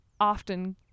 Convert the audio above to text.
often